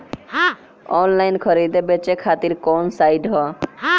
Online खरीदे बेचे खातिर कवन साइड ह?